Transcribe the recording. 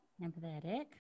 Empathetic